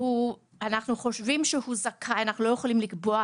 ואנחנו חושבים שמתאים לקריטריונים (אנחנו לא יכולים לקבוע,